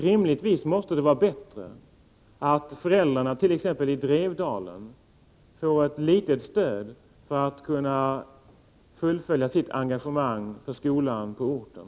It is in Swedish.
Rimligtvis måste det vara bättre att föräldrarna, t.ex. i Drevdagen, får ett litet stöd för att kunna fullfölja sitt engagemang för skolan på orten.